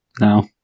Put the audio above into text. No